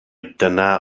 dyna